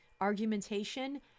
argumentation